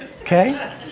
Okay